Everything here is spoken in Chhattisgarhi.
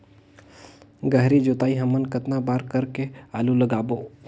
गहरी जोताई हमन कतना बार कर के आलू लगाबो?